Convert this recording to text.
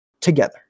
together